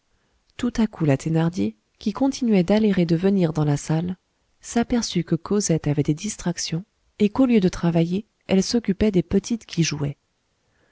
tout à coup la thénardier qui continuait d'aller et de venir dans la salle s'aperçut que cosette avait des distractions et qu'au lieu de travailler elle s'occupait des petites qui jouaient